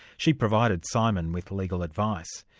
she provided simon with legal advice.